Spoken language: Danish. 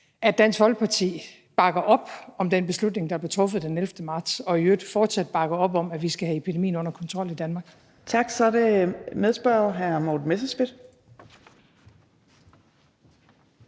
at Dansk Folkeparti bakker op om den beslutning, der blev truffet den 11. marts – og i øvrigt fortsat bakker op om, at vi skal have epidemien under kontrol i Danmark. Kl. 15:04 Fjerde næstformand (Trine